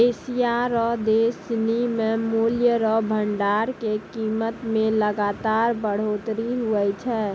Asia रो देश सिनी मे मूल्य रो भंडार के कीमत मे लगातार बढ़ोतरी हुवै छै